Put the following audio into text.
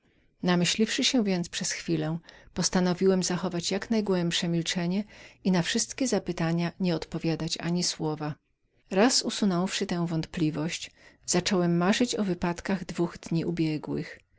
chciałem namyśliwszy się więc przez chwilę postanowiłem zachować jak najgłębsze milczenie i na wszelkie zapytania nie odpowiadać ani słowa raz usunąwszy tę wątpliwość zacząłem marzyć o wypadkach dwóch dni ubiegłych